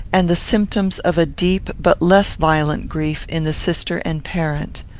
and the symptoms of a deep but less violent grief in the sister and parent.